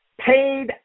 paid